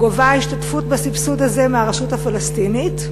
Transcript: גובה השתתפות בסבסוד הזה מהרשות הפלסטינית?